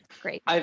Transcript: Great